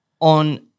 on